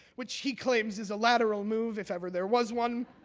which he claims is a lateral move if ever there was one,